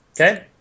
Okay